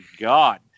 god